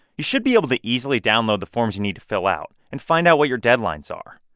you should be able to easily download the forms you need to fill out and find out what your deadlines are.